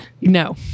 No